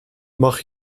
mag